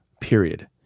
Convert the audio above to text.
period